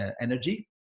energy